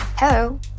Hello